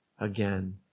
again